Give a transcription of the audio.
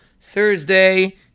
Thursday